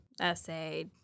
essay